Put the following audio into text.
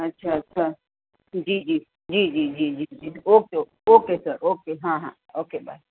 અચ્છા અચ્છા જીજી જીજીજીજી ઓકે ઓકે ઓકે સર હા હા ઓકે બાય